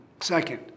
Second